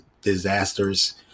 disasters